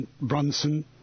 Brunson